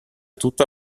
tutta